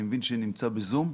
אני מבין שאתה נמצא ב-זום.